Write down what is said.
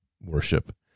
worship